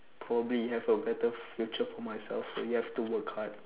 probably have a better future for myself so you have to work hard